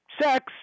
sex